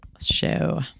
show